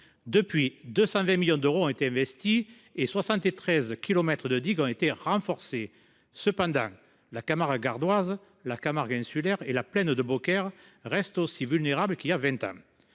Depuis lors, 220 millions d’euros ont été investis et 73 kilomètres de digues ont été renforcés. Cependant, la Camargue gardoise, la Camargue insulaire et la plaine de Beaucaire restent aussi vulnérables qu’il y a vingt ans.